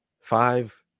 five